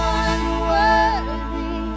unworthy